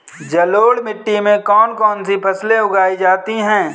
जलोढ़ मिट्टी में कौन कौन सी फसलें उगाई जाती हैं?